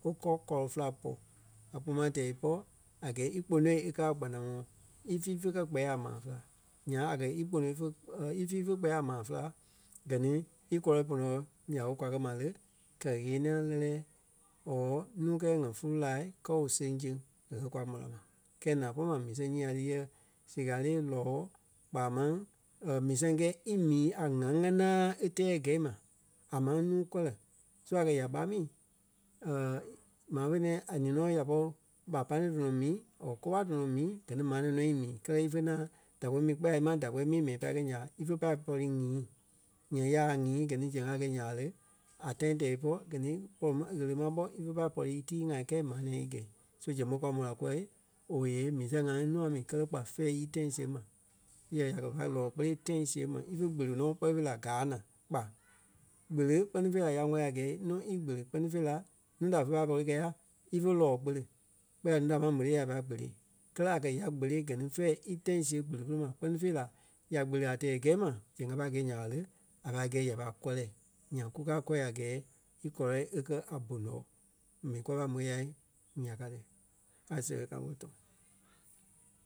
o kɔ kɔlɔ-fela pɔ́. A kpoma tɛɛ ípɔ a gɛɛ í kponoi e kɛ̀ a kpanaŋɔɔi í fíi fe kɛ́ kpɛɛ a ma féla. Nyaŋ a kɛ̀ í kponoi fé í fíi fé kpɛɛ a maa féla gɛ ni í kɔlɔ ponoɔɔ nya ɓé kwa kɛ́ ma le, kɛ-ɣeniɛi lɛ́lɛɛ or nuu kɛɛ ŋa fúlu-laa kɔɔ seŋsẽŋ nya ɓe kwa mó la ma. Kɛɛ naa pôlu ma mii sɛŋ nyii a lí yɛ sikalee, lɔ́ɔ kpaa máŋ mii sɛŋ kɛɛ í mii a ŋa ŋanaa é tɛɛ gɛ́i ma. A máŋ nuu kɔlɔ so a kɛ̀ ya ɓá mii maa fe nɛ̃ɛ a ni nɔ ya pɔri ɓá pane tɔnɔ mii or ko-waa tɔnɔ mii gɛ ni maa nɛ̃ɛ nɔ í mii kɛlɛ ífe ŋaŋ da kpɛni mii kpɛɛ la ímaŋ da kpɛni mii mɛi pai kɛ̂i nya ɓa ífe pâi pɔri nyîi. Nyaŋ nya ɓa nyîi gɛ ni zɛŋ a kɛ́ nya ɓa le, a tãi tɛɛ ípɔ gɛ ni pɔri ma ɣele ma ɓɔ ífe pâi pɔri tíi-ŋai kɛi maa nɛ̃ɛ í gɛ̂i. So zɛŋ ɓé kwa mó la kúwɔ owei eee mii sɛŋ ŋai nuu a mii kɛlɛ kpa fɛ̂ɛ í tãi siɣe ma. Yɛ̂ ya kɛ̀ pai lɔ́ɔ kpele tãi siɣe ma ífe gbele nɔ kpɛni fêi gaa naa kpa. Gbele kpɛ́ni fêi la ya ŋwɛ́li a gɛɛ nûa íkpele kpɛ́ni fêi la núu da fé pâi pɔri kɛɛ ya ífe lɔ́ɔ kpele. Kpɛɛ la núu da e ma mó ti ya, ya pâi kpele. Kɛ́lɛ a kɛ̀ ya kpéle gɛ ni fɛ̂ɛ í tãi siɣe gbele pere ma kpɛ́ni fêi ya kpéle a tɛɛ gɛ́i ma zɛŋ a pâi gɛi nya ɓa le, a pâi gɛ́i ya pai kɔlɛ. Nyaŋ kukaa kɔ́ a gɛɛ íkɔlɔ e kɛ̀ a bonoɔɔ. M̀ɛni kwa pâi môi yai, ya ka ti. Ka seɣe ká wólo too.